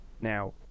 now